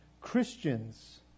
Christians